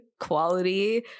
quality